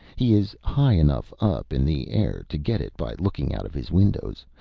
he is high enough up in the air to get it by looking out of his windows,